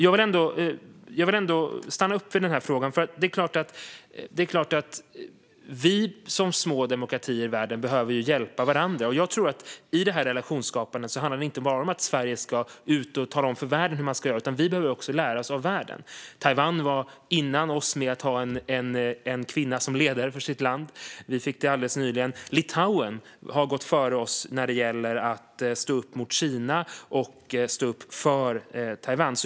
Jag vill dock ändå stanna upp vid den här frågan, för det är klart att vi som små demokratier i världen behöver hjälpa varandra. Jag tror att det i det här relationsskapandet inte bara handlar om att Sverige ska ut och tala om för världen hur man ska göra, utan vi behöver också lära oss av världen. Taiwan var före oss med att ha en kvinna som ledare för sitt land; vi fick det alldeles nyligen. Litauen har gått före oss när det gäller att stå upp mot Kina och stå upp för Taiwan.